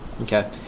Okay